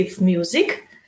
music